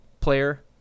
player